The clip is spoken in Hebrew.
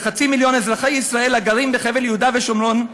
לחצי מיליון אזרחי ישראל הגרים בחבלי יהודה ושומרון.